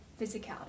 physicality